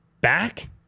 back